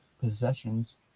possessions